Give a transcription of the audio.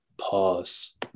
pause